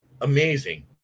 Amazing